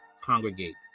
congregate